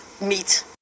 meat